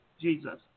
Jesus